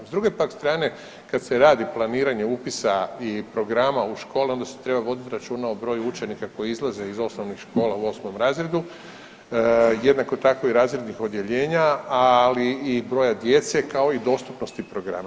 S druge pak strane kad se radi planiranje upisa i programa u škole onda se treba vodit računa o broju učenika koji izlaze iz osnovnih škola u 8. razredu, jednako tako i razrednih odijeljena, ali i broja djece, kao i dostupnosti programa.